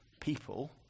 people